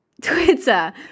Twitter